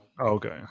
Okay